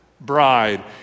Bride